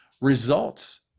results